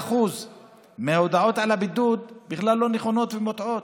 ש-25% מההודעות על הבידוד בכלל לא נכונות ומוטעות,